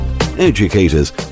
educators